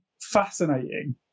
fascinating